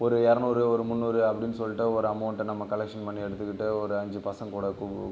ஒரு இரநூறு ஒரு முன்னூறு அப்படின்னு சொல்லிட்டு ஒரு அமௌண்ட்டை நம்ம கலெக்ஷன் பண்ணி எடுத்துக்கிட்டு ஒரு அஞ்சு பசங்ககூட கூ